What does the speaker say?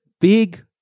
big